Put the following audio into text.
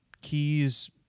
keys